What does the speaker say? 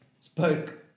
spoke